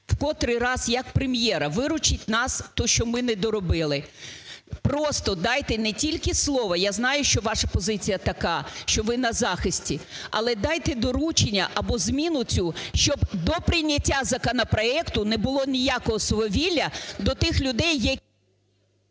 котрий раз як Прем'єра: виручіть нас, те, що ми недоробили. Просто дайте не тільки слово, я знаю, що ваша позиція така, що ви на захисті, але дайте доручення або зміну цю, щоб до прийняття законопроекту не було ніякого свавілля до тих людей…